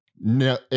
no